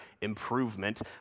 improvement